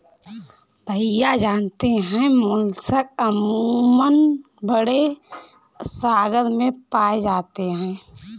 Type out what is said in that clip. भैया जानते हैं मोलस्क अमूमन बड़े सागर में पाए जाते हैं